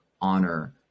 honor